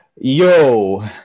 yo